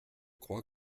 crois